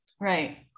Right